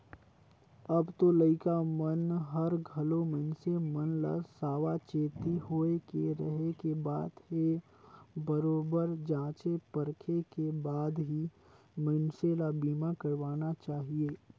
अब तो लइका मन हर घलो मइनसे मन ल सावाचेती होय के रहें के बात हे बरोबर जॉचे परखे के बाद ही मइनसे ल बीमा करवाना चाहिये